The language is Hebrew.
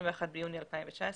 21 ביוני 2019,